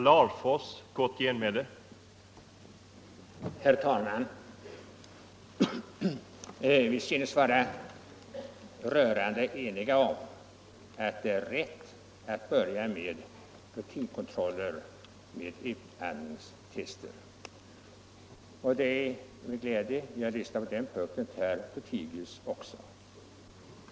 Herr talman! Vi synes vara rörande eniga om att det är rätt att börja med rutinkontroller med utandningstester. Det är också med glädje jag lyssnat till herr Lothigius på den punkten.